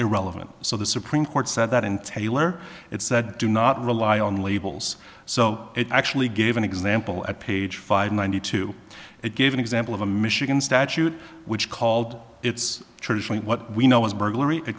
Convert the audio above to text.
irrelevant so the supreme court said that in taylor it said do not rely on labels so it actually gave an example at page five ninety two it gave an example of a michigan statute which called it's traditionally what we know was a burglary they